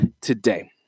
today